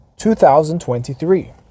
2023